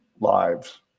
lives